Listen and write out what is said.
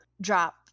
drop